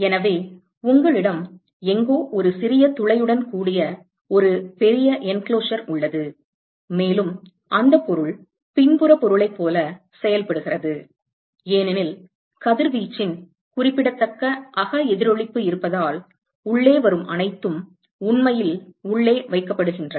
எனவே உங்களிடம் எங்கோ ஒரு சிறிய துளையுடன் கூடிய ஒரு பெரிய உறை உள்ளது மேலும் அந்த பொருள் பின்புற பொருளைப் போல செயல்படுகிறது ஏனெனில் கதிர்வீச்சின் குறிப்பிடத்தக்க அக எதிரொளிப்பு இருப்பதால் உள்ளே வரும் அனைத்தும் உண்மையில் உள்ளே வைக்கப்படுகின்றன